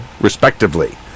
respectively